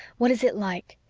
what is it like?